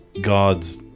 God's